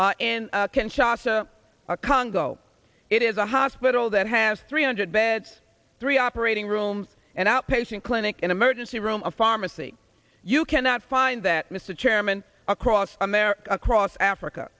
kinshasa congo it is a hospital that has three hundred beds three operating room and outpatient clinic and emergency room of pharmacy you cannot find that mr chairman across america across africa